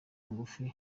ngufi